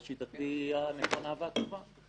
לשיטתי, היא הנכונה והטובה.